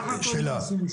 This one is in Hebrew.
סך הכל --- שאלה,